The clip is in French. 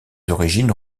origines